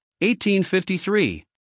1853